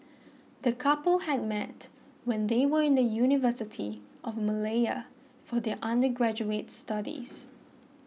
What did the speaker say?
the couple had met when they were in the University of Malaya for their undergraduate studies